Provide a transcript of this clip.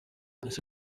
ese